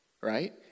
right